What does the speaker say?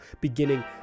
beginning